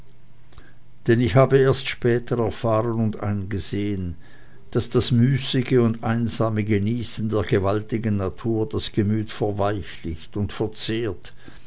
denn ich habe erst später erfahren und eingesehen daß das müßige und einsame genießen der gewaltigen natur das gemüt verweichlicht und verzehrt